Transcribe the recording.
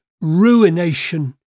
ruination